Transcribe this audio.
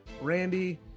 randy